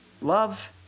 Love